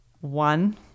one